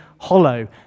hollow